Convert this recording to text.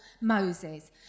Moses